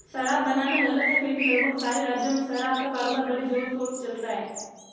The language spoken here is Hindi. शराब बनाना गलत है फिर भी लगभग सारे राज्यों में शराब का कारोबार बड़े जोरशोर से चलता है